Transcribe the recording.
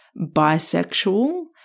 bisexual